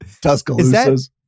Tuscaloosa